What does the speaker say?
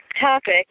topic